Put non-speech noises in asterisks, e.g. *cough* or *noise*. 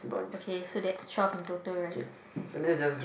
okay so that's twelve in total right *breath*